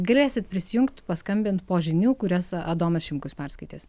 galėsit prisijungt paskambint po žinių kurias adomas šimkus perskaitys